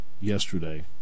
yesterday